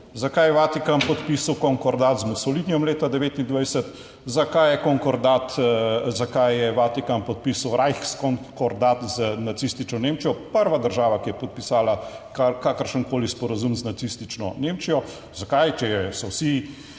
Zakaj je Vatikan podpisal konkordat z Mussolinijem leta 2029? Zakaj je Vatikan podpisal rajh s konkordat z nacistično Nemčijo? Prva država, ki je podpisala kakršenkoli sporazum z nacistično Nemčijo. Zakaj, če so vsi